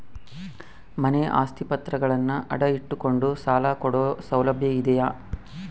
ಮನೆ ಪತ್ರಗಳನ್ನು ಅಡ ಇಟ್ಟು ಕೊಂಡು ಸಾಲ ಕೊಡೋ ಸೌಲಭ್ಯ ಇದಿಯಾ?